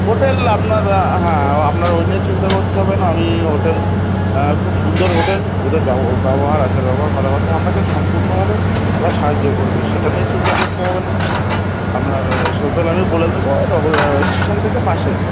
hotel আপনার হ্যাঁ আপনার ওই নিয়ে চিন্তা করতে হবে না আমি হোটেল খুব সুন্দর হোটেল ওদের ব্যব ব্যবহার আচার ব্যবহার কথাবাত্রা আপনাকে সম্পূর্ণভাবে ওরা সাহায্য করবে সেটা নিয়ে চিন্তা করতে হবে না আপনার সে হোটেল আমি বলে দেবো তাপরে ওই স্টেশন থেকে পাশেই